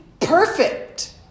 perfect